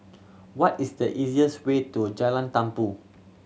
what is the easiest way to Jalan Tumpu